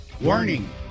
warning